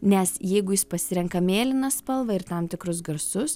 nes jeigu jis pasirenka mėlyną spalvą ir tam tikrus garsus